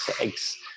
eggs